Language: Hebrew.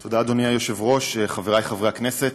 תודה, אדוני היושב-ראש, חברי חברי הכנסת,